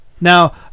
Now